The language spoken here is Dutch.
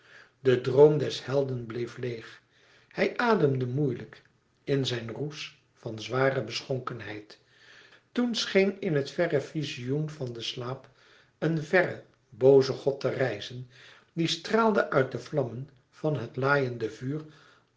de droom des helden bleef leêg hij ademde moeilijk in zijn roes van zware beschonkenheid toen scheen in het verre vizioen van den slaap een verre booze god te rijzen die straalde uit de vlammen van het laaiende vuur